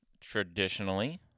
traditionally